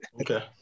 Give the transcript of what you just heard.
Okay